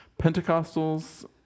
Pentecostals